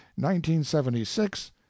1976